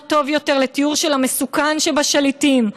טוב יותר לתיאור של המסוכן שבשליטים,